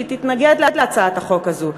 שהיא תתנגד להצעת החוק הזאת,